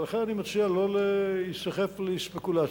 לכן אני מציע לא להיסחף לספקולציות,